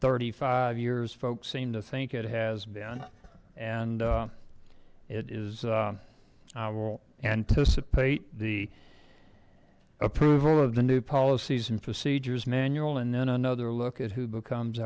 thirty five years folks seem to think it has been and it is i will anticipate the approval of the new policies and procedures manual and then another look at who becomes